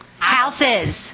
Houses